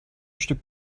stück